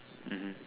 mmhmm